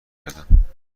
کردم